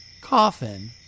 coffin